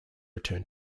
return